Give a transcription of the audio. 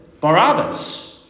Barabbas